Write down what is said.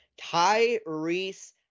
Tyrese